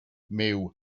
myw